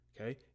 Okay